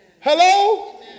Hello